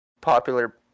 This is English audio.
popular